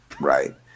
right